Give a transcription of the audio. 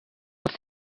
als